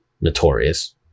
notorious